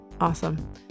Awesome